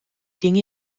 dinge